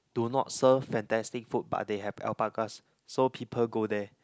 do not serve fantastic food but they have alpacas so people go there